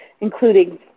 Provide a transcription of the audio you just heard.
including